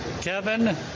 Kevin